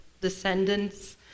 descendants